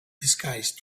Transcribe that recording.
disguised